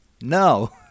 No